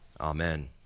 Amen